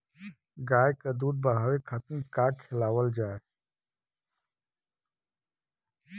गाय क दूध बढ़ावे खातिन का खेलावल जाय?